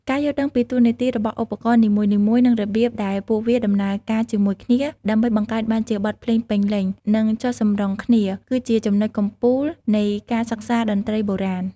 ការយល់ដឹងពីតួនាទីរបស់ឧបករណ៍នីមួយៗ និងរបៀបដែលពួកវាដំណើរការជាមួយគ្នាដើម្បីបង្កើតបានជាបទភ្លេងពេញលេញ និងចុះសម្រុងគ្នា គឺជាចំណុចកំពូលនៃការសិក្សាតន្ត្រីបុរាណ។